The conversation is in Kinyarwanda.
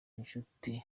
inshuti